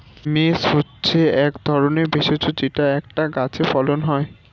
mace হচ্ছে এক ধরনের ভেষজ যেটা একটা গাছে ফলন হয়